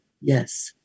Yes